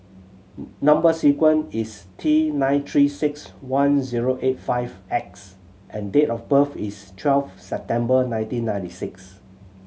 number sequence is T nine Three Six One zero eight five X and date of birth is twelve September nineteen ninety six